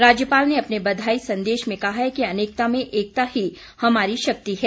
राज्यपाल ने अपने बधाई संदेश में कहा कि अनेकता में एकता ही हमारी शक्ति है